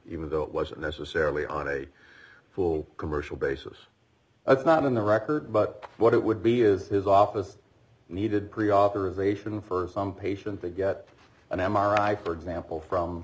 even though it wasn't necessarily on a full commercial basis that's not in the record but what it would be is his office needed pre authorization for some patients they get an m r i for example from